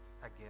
again